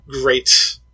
great